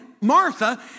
Martha